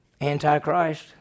Antichrist